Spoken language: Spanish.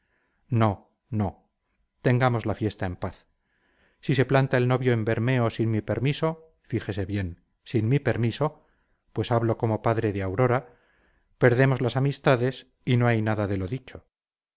no no tengamos la fiesta en paz si se planta el novio en bermeo sin mi permiso fíjese bien sin mi permiso pues hablo como padre de aurora perdemos las amistades y no hay nada de lo dicho